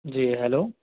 جی hello